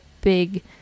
big